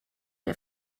der